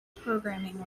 programming